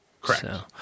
Correct